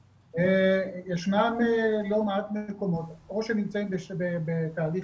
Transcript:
ישנן לא מעט מקומות או שנמצאים בתהליך